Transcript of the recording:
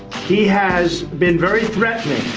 he has been very threatening